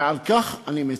ועל כך אני מצר.